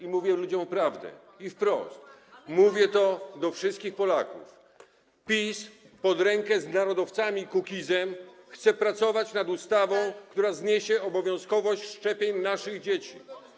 i mówię ludziom prawdę, i wprost mówię to do wszystkich Polaków: PiS pod rękę z narodowcami i Kukizem chce pracować nad ustawą, która zniesie obowiązkowość szczepień naszych dzieci.